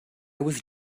was